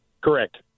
Correct